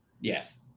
Yes